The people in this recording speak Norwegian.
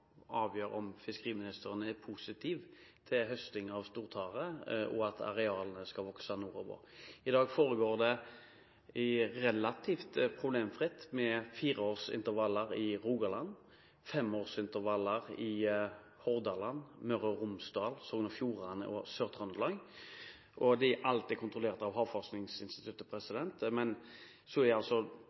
om fiskeriministeren er positiv til høsting av stortare, og at arealene skal vokse nordover. I dag foregår det relativt problemfritt med fireårsintevaller i Rogaland, femårsintervaller i Hordaland, Møre og Romsdal, Sogn og Fjordane og Sør-Trøndelag. Dette er alltid kontrollert av Havforskningsinstituttet. Men problemet er